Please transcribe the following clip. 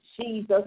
Jesus